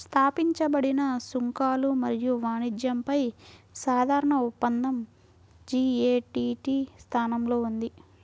స్థాపించబడిన సుంకాలు మరియు వాణిజ్యంపై సాధారణ ఒప్పందం జి.ఎ.టి.టి స్థానంలో ఉంది